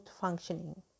functioning